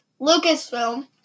Lucasfilm